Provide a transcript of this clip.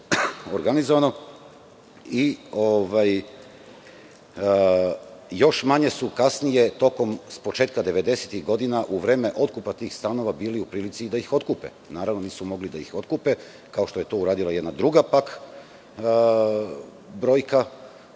organizovano i još manje su kasnije s početka 90-ih godina, u vreme otkupa tih stanova bili u prilici da ih otkupe. Naravno, nisu mogli da ih otkupe, kao što je to uradila jedna druga brojka,